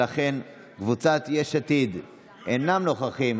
קבוצת יש עתיד אינם נוכחים,